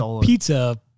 pizza